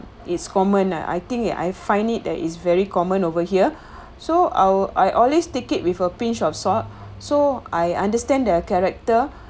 it's common ah I think it I find it that is very common over here so I'll I always take it with a pinch of salt so I understand the character